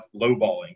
lowballing